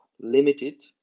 limited